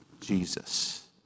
Jesus